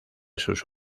sus